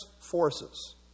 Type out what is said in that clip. Forces